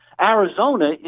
Arizona